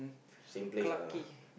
same place ah